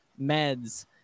Meds